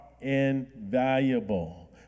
invaluable